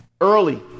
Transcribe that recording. early